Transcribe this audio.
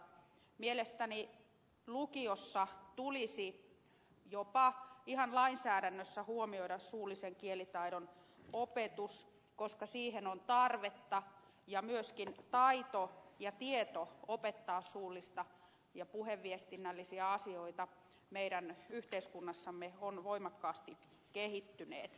mielestäni lukiossa tulisi jopa ihan lainsäädännöllä huomioida suullisen kielitaidon opetus koska siihen on tarvetta ja myöskin taito ja tieto opettaa suullista ilmaisua ja puheviestinnällisiä asioita meidän yhteiskunnassamme on voimakkaasti kehittynyt